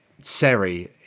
Seri